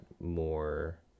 more